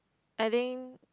I think